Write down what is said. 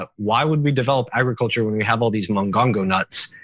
ah why would we develop agriculture when we have all these mongongo nuts?